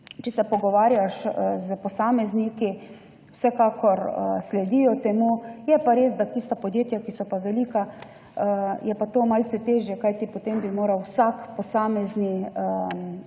Če se pogovarjaš s posamezniki, vsekakor sledijo temu. Je pa res, da tista podjetja, ki so pa velika, je pa to malce težje, kajti potem bi moral vsak posamezni